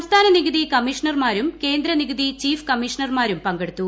സംസ്ഥാനനികുതി കമ്മീഷണർമാരും കേന്ദ്ര നികുതി ചീഫ് കമ്മീഷണർമാരും പങ്കെടുത്തു